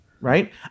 right